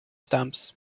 stamps